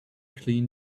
clean